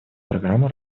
программу